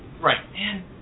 Right